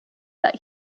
that